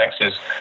texas